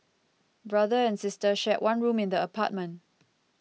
brother and sister shared one room in the apartment